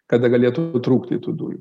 kada galėtų nutrūkti tų dujų